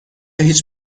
هیچ